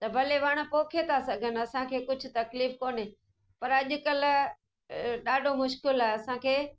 त भले वण पोखे था सघनि असांखे कुझु तकलीफ़ कोन्हे पर अॼुकल्ह ॾाढो मुश्किल आहे असांखे